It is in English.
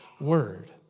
word